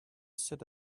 sit